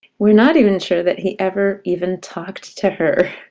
we're not even sure that he ever even talked to her,